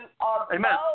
Amen